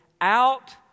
Out